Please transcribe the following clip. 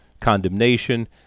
condemnation